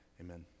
Amen